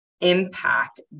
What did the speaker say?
impact